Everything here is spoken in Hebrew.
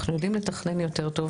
אנחנו יודעים לתכנן יותר טוב.